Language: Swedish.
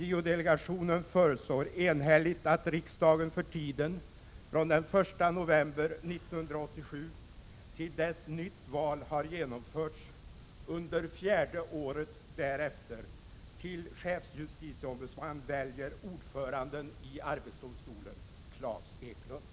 JO-delegationen föreslår enhälligt att riksdagen för tiden från den 1 november 1987 till dess nytt val har genomförts under fjärde året därefter till chefsjustitieombudsman väljer ordföranden i arbetsdomstolen Claes Eklundh.